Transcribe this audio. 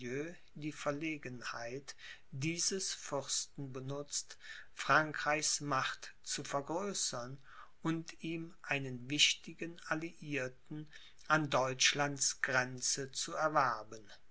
die verlegenheit dieses fürsten benutzt frankreichs macht zu vergrößern und ihm einen wichtigen alliirten an deutschlands grenze zu erwerben